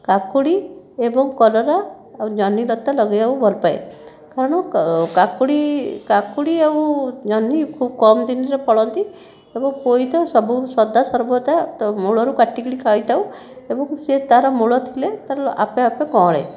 କାକୁଡ଼ି ଏବଂ କଲରା ଆଉ ଜହ୍ନି ଲତା ଲଗେଇବାକୁ ଭଲ ପାଏ କାରଣ କାକୁଡ଼ି କାକୁଡ଼ି ଆଉ ଜହ୍ନି ଖୁବ୍ କମ ଦିନରେ ଫଳନ୍ତି ଏବଂ ପୋଇ ତ ସବୁ ସଦା ସର୍ବଦା ତା ମୂଳରୁ କାଟିକି ଖାଇଥାଉ ଏବଂ ସେ ତା'ର ମୂଳ ଥିଲେ ଆପେ ଆପେ କଅଁଳେ